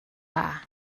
dda